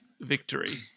victory